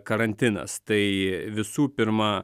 karantinas tai visų pirma